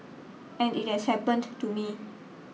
and it has happened to me